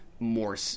more